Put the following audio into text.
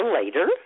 later